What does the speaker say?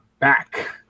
back